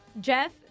Jeff